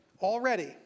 already